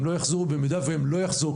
במידה והם לא יחזרו,